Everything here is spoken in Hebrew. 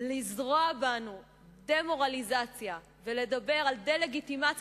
לזרוע בנו דמורליזציה ולדבר על דה-לגיטימציה